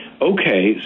okay